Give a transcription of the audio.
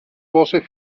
voces